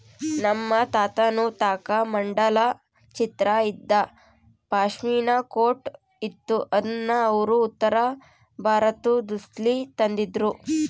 ನಮ್ ತಾತುನ್ ತಾಕ ಮಂಡಲ ಚಿತ್ರ ಇದ್ದ ಪಾಶ್ಮಿನಾ ಕೋಟ್ ಇತ್ತು ಅದುನ್ನ ಅವ್ರು ಉತ್ತರಬಾರತುದ್ಲಾಸಿ ತಂದಿದ್ರು